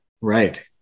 Right